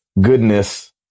goodness